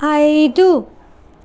ఐదు